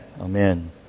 Amen